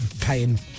pain